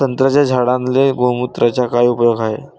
संत्र्याच्या झाडांले गोमूत्राचा काय उपयोग हाये?